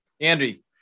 Andy